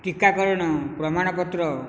ଟିକାକରଣ ପ୍ରମାଣପତ୍ର